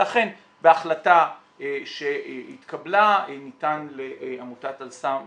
ואכן בהחלטה שהתקבלה ניתנה לעמותת "אל סם"